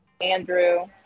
Andrew